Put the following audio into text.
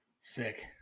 sick